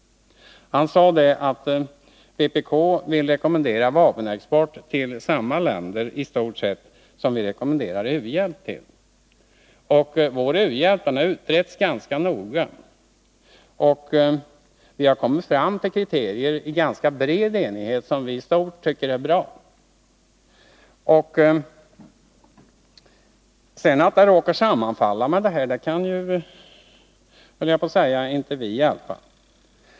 Han sade att vpk rekommenderar vapenexport till i stort sett samma länder som vi rekommenderar u-hjälp till. Vår u-hjälp har utretts ganska noga, och vi har i ganska bred enighet kommit fram till kriterier som vi i stort sett tycker är bra. Att sedan rekommendationerna i dessa båda avseenden råkar sammanfalla kan ju — höll jag på att säga — inte vi hjälpa.